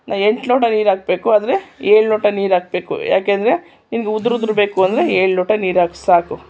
ಎಂಟು ಲೋಟ ನೀರು ಹಾಕಬೇಕು ಆದರೆ ಏಳು ಲೋಟ ನೀರು ಹಾಕಬೇಕು ಯಾಕೆಂದರೆ ಈಗ ಉದ್ರುದ್ರು ಬೇಕು ಅಂದರೆ ಏಳು ಲೋಟ ನೀರು ಹಾಕು ಸಾಕು